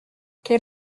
quel